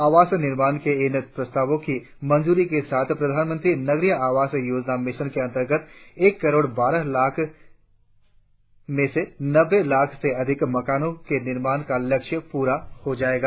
आवास निर्माण के इन प्रस्तावों की मंजूरी के साथ प्रधानमंत्री नगरीय आवास योजना मिशन के अंतर्गत एक करोड़ बारह लाख में से नब्बे लाख से अधिक मकानों के निर्माण का लक्ष्य प्ररा हो जाएगा